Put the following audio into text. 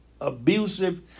abusive